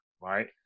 right